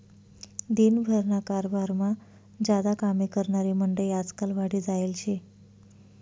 दिन भरना कारभारमा ज्यादा कामे करनारी मंडयी आजकाल वाढी जायेल शे